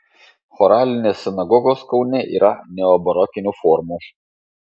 choralinės sinagogos kaune yra neobarokinių formų